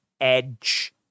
Edge